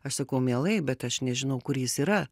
aš sakau mielai bet aš nežinau kur jis yra